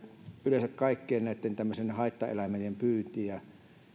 yleensä kaikkien näitten tämmöisten haittaeläinten pyyntiin